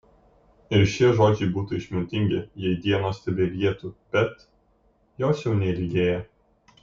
ir šie žodžiai būtų išmintingi jei dienos tebeilgėtų bet jos jau neilgėja